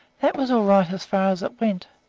that was all right as far as it went,